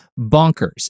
bonkers